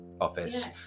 office